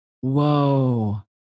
Whoa